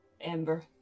Amber